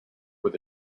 with